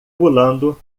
pulando